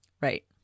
Right